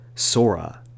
Sora